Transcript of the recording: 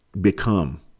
become